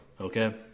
okay